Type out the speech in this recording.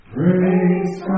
Praise